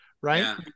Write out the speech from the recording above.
right